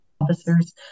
officers